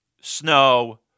Snow